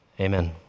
Amen